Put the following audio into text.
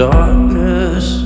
darkness